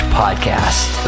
podcast